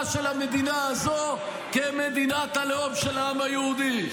של המדינה הזו כמדינת הלאום של העם היהודי.